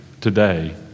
today